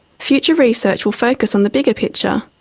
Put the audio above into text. future research will focus on the bigger picture,